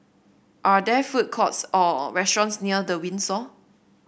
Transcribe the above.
are there food courts or restaurants near The Windsor